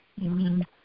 Amen